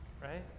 Right